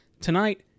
tonight